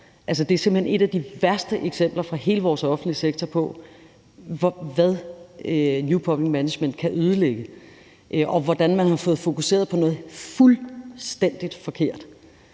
hen et af de værste eksempler fra hele vores offentlige sektor på, hvad new public management kan ødelægge, og hvordan man har fået fokuseret på noget fuldstændig forkert.